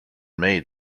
made